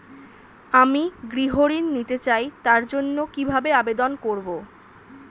আমি গৃহ ঋণ নিতে চাই তার জন্য কিভাবে আবেদন করব?